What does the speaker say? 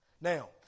Now